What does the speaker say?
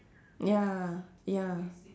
ya ya